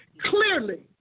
Clearly